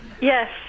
Yes